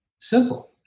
Simple